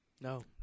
No